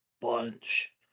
bunch